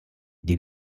die